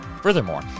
Furthermore